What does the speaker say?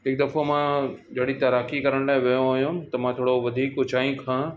हिकु दफ़ो मां जॾहिं तैराकी करण लाइ वियो हुयुमि त मां थोरो वधीक ऊचाई खां